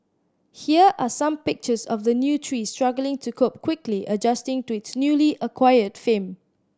here are some pictures of the new tree struggling to cope quickly adjusting to its newly acquired fame